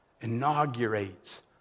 inaugurates